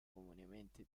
comunemente